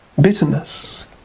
bitterness